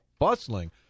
bustling